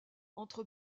entre